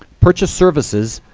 purchase services,